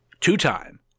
two-time